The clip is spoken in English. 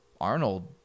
Arnold